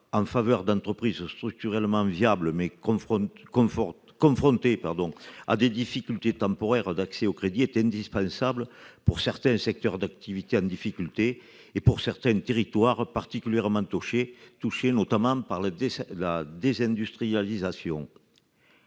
en faveur d'entreprises structurellement viables, mais confrontées à des difficultés temporaires d'accès au crédit, est indispensable pour certains secteurs d'activités en difficulté et pour certains territoires particulièrement touchés par la désindustrialisation.